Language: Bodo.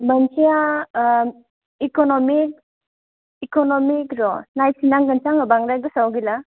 मोनसेआ इकनमिक इकनमिक र नायफिननांगोनसो आङो बांद्राय गोसोयाव गैला